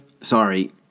sorry